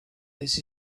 this